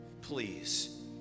Please